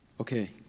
Okay